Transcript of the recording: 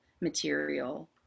material